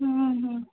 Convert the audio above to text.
हूँ हूँ